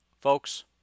folks